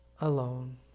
alone